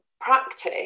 practice